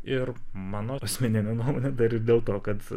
ir mano asmenine nuomone dar ir dėl to kad